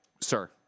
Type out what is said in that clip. Sir